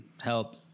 help